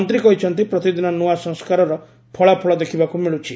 ମନ୍ତ୍ରୀ କହିଛନ୍ତି ପ୍ରତିଦିନ ନୂଆ ସଂସ୍କାରର ଫଳାଫଳ ଦେଖିବାକୁ ମିଳୁଛି